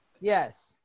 Yes